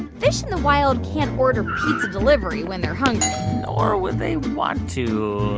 fish in the wild can't order pizza delivery when they're hungry nor would they want to,